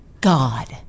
God